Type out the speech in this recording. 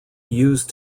used